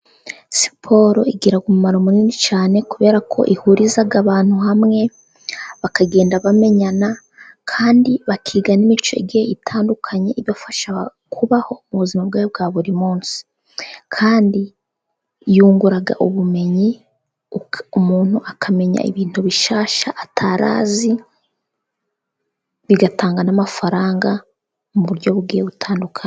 Siporo igira umumaro munini cyane kubera ko ihuriza abantu hamwe bakagenda bamenyana, kandi bakiga n'imico itandukanye, ibafasha kubaho mu buzima bwabo bwa buri munsi kandi yungura ubumenyi umuntu akamenya ibintu bishasha atari azi, bigatanga n'amafaranga mu buryo bugiye butandukanye.